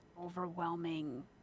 overwhelming